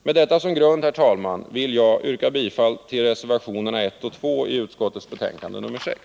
Med detta som grund, herr talman, vill jag yrka bifall till reservationerna 1 och 2 i utskottets betänkande nr 6.